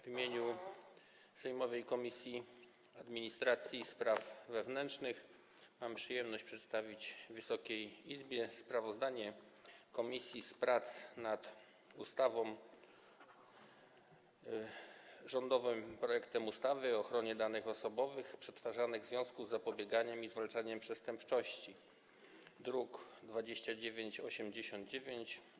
W imieniu Komisji Administracji i Spraw Wewnętrznych mam przyjemność przedstawić Wysokiej Izbie sprawozdanie komisji z prac nad rządowym projektem ustawy o ochronie danych osobowych przetwarzanych w związku z zapobieganiem i zwalczaniem przestępczości z druku nr 2989.